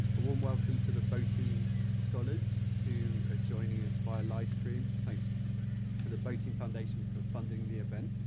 a warm welcome to the botin scholars who are joining us via live stream. thanks to the botin foundation for funding the event